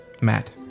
Matt